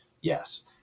Yes